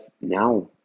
now